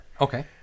Okay